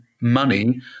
money